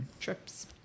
trips